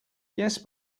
yes